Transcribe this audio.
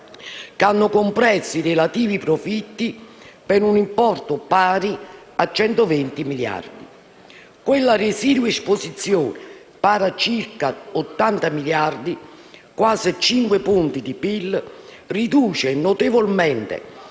che hanno compresso i relativi profitti, per un importo pari a 120 miliardi di euro. Quella residua esposizione, pari a circa 80 miliardi, quasi 5 punti di PIL, riduce notevolmente